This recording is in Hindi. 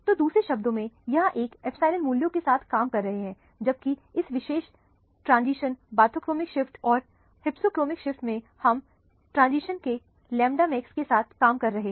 तो दूसरे शब्दों में यहाँ हम एप्सिलॉन मूल्यों के साथ काम कर रहे हैं जबकि इस विशेष ट्रांजिशन बाथोक्रोमिक शिफ्ट और हाइपोक्रोमिक शिफ्ट में हम ट्रांजिशन के लैम्डा मैक्स के साथ काम कर रहे हैं